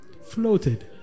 floated